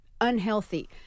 unhealthy